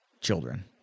children